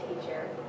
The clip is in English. teacher